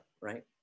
right